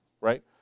right